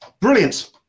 Brilliant